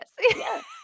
yes